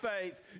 faith